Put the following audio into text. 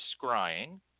scrying